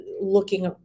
looking